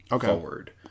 forward